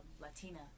Latina